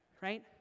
right